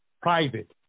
Private